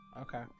Okay